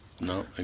No